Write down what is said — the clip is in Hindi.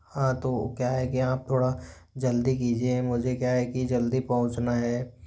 हाँ तो क्या है कि आप थोड़ा जल्दी कीजिए मुझे क्या है कि जल्दी पहुंचना है